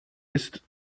ist